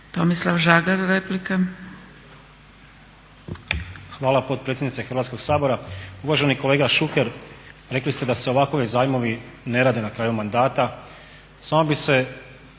Tomislav (SDP)** Hvala potpredsjednice Hrvatskog sabora. Uvaženi kolega Šuker, rekli ste da se ovakvi zajmovi ne rade na kraju mandata. Ta je